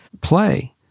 play